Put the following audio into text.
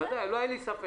בוודאי, לא היה לי ספק.